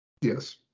Yes